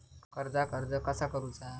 कर्जाक अर्ज कसा करुचा?